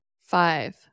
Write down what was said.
five